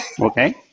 Okay